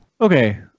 Okay